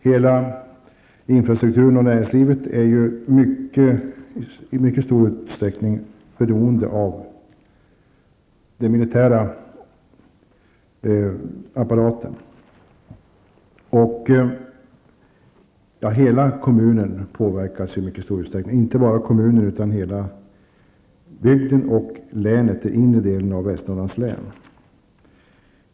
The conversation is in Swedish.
Hela infrastrukturen och näringslivet är i mycket stor utsträckning beroende av den militära apparaten. Inte bara kommunen påverkas, utan hela bygden och inre delen av Västernorrlands län.